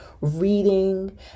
reading